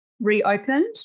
reopened